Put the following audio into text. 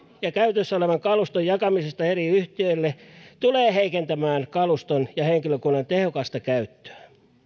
ja käytössä olevan kaluston jakamisesta eri yhtiöille tulee heikentämään kaluston ja henkilökunnan tehokasta käyttöä